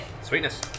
sweetness